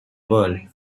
world